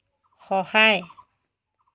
সহায়